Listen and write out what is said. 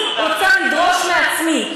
אני רוצה לדרוש מעצמי,